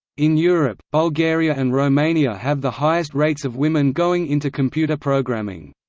in europe, bulgaria and romania have the highest rates of women going into computer programming.